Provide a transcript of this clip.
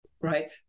Right